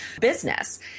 business